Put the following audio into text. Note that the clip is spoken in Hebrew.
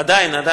עדיין אסור להם.